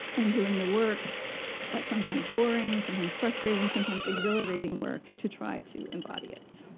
and doing the work that sometimes boring, sometimes frustrating, sometimes exhilarating work to try to embody it.